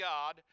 God